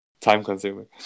Time-consuming